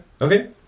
Okay